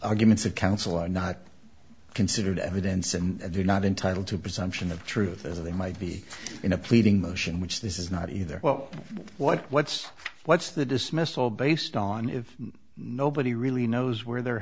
arguments of counsel are not considered evidence and they're not entitled to presumption of truth as they might be in a pleading motion which this is not either well what what's what's the dismissal based on if nobody really knows where they're